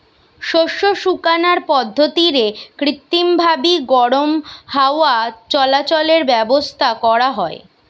শস্য শুকানার পদ্ধতিরে কৃত্রিমভাবি গরম হাওয়া চলাচলের ব্যাবস্থা করা হয়